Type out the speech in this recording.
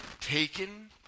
taken